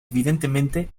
evidentemente